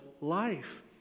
life